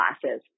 classes